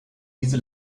diese